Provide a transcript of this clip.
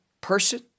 person